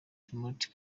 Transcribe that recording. timothy